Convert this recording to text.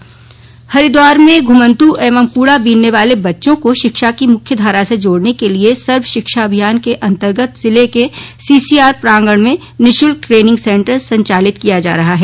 शिक्षा हरिद्वार में घुमन्तु एवं कूड़ा बीनने वाले बच्चों को शिक्षा की मुख्य धारा से जोड़ने के लिए सर्व शिक्षा अभियान के अन्तर्गत जिले के सीसीआर प्रांगण में निःशुल्क ट्रेनिंग सेण्टर संचालित किया जा रहा हैं